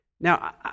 Now